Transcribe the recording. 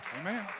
Amen